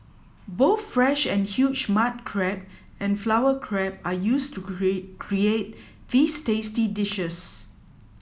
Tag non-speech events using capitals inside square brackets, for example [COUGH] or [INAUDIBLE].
both fresh and huge mud crab and flower crab are used to [UNINTELLIGIBLE] create these tasty dishes